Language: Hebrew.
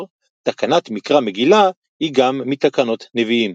תקנת מקרא מגילה היא גם מתקנות נביאים.